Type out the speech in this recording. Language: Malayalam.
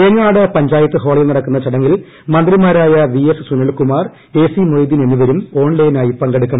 വേങ്ങാട് പഞ്ചായത്ത് പ്പാളിൽ നടക്കുന്ന ചടങ്ങിൽ മന്ത്രിമാരായ വി എസ് സുനിൽ ക്ടുമാർ എ സി മൊയ്തീൻ എന്നിവരും ഓൺലൈനായി പങ്കെടുക്കും